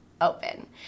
open